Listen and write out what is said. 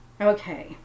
Okay